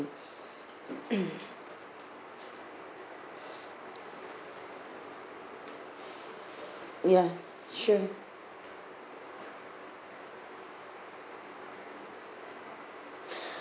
ya sure